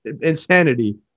insanity